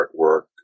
artwork